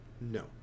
No